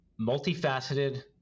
multifaceted